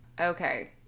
Okay